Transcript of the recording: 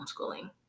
homeschooling